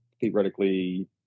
theoretically